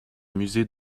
musée